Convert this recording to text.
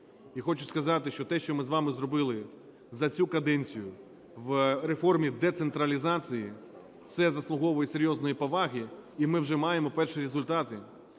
І хочу сказати, що те що ми з вами зробили за цю каденцію в реформі децентралізації, це заслуговує серйозної поваги, і ми вже маємо перші результати.